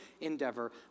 endeavor